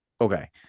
Okay